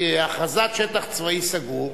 הכרזת "שטח צבאי סגור",